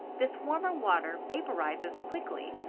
this warmer water vaporizes quickly,